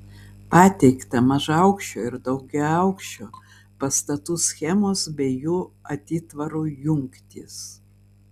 pateikta mažaaukščio ir daugiaaukščio pastatų schemos bei jų atitvarų jungtys